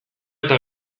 eta